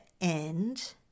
end